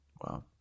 Wow